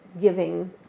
giving